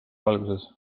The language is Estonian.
alguses